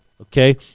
okay